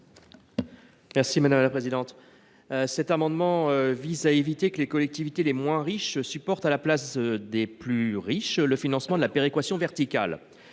M. Didier Marie. Cet amendement vise à éviter que les collectivités les moins riches supportent à la place des plus aisées le financement de la péréquation verticale.